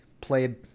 played